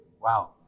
wow